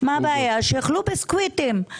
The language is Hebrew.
אין בעיה, שיאכלו ביסקוויטים.